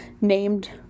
named